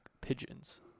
pigeons